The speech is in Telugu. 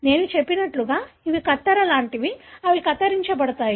నేను చెప్పినట్లుగా ఇవి కత్తెర లాంటివి అవి కత్తిరించబడతాయి